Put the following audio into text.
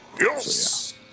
Yes